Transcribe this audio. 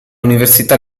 università